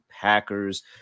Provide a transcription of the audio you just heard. Packers